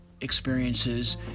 experiences